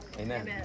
Amen